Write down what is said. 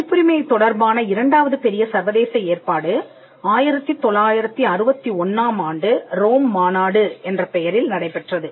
பதிப்புரிமை தொடர்பான இரண்டாவது பெரிய சர்வதேச ஏற்பாடு 1961 ஆம் ஆண்டு ரோம் மாநாடு என்ற பெயரில் நடைபெற்றது